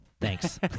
thanks